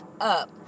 up